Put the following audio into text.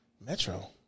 Metro